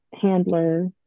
handler